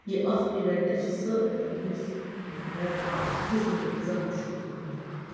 یہِ اَکھ اِوینٹ چھِ سُہ مطلب یُس مےٚ یُس نہٕ بہٕ بہٕ زانٛہہ مٔشرٕ کِہیٖنۍ تہِ نہٕ